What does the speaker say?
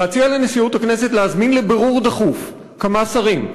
להציע לנשיאות הכנסת להזמין לבירור דחוף כמה שרים: